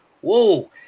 whoa